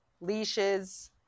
leashes